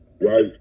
Right